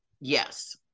Yes